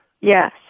yes